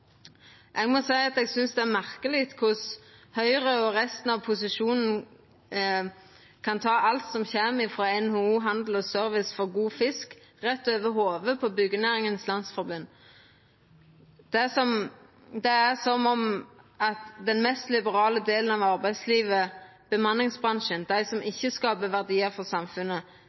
Eg må seia eg synest det er merkeleg korleis Høgre og resten av posisjonen kan ta alt som kjem frå NHO Service og Handel, for god fisk, rett over hovudet på Byggenæringens Landsforening. Det er som om den mest liberale delen av arbeidslivet, bemanningsbransjen, dei som ikkje skapar verdiar for samfunnet,